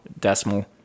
decimal